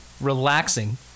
relaxing